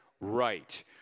Right